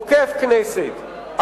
עוקף כנסת,